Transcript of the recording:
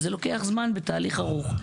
זה לוקח זמן וזה תהליך ארוך.